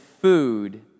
food